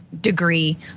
degree